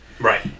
Right